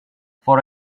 for